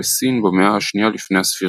בסין במאה ה-2 לפנה"ס.